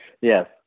Yes